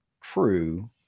true